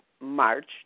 March